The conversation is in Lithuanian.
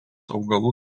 augalų